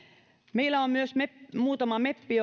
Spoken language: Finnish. meillä on myös muutama meppi